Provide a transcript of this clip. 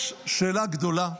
יש שאלה גדולה.